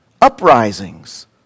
uprisings